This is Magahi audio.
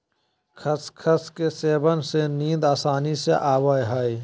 खसखस के सेवन से नींद आसानी से आवय हइ